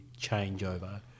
changeover